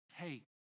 take